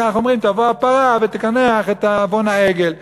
כך אומרים: תבוא הפרה ותקנח את עוון העגל.